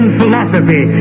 philosophy